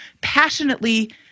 passionately